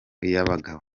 iy’abagabo